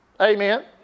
Amen